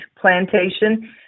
Plantation